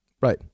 Right